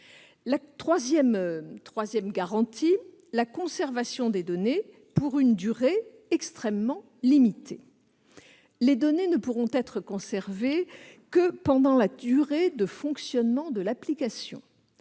La troisième garantie est la conservation des données pour une durée extrêmement limitée. Les données ne pourront être gardées que pendant la durée de fonctionnement de l'application.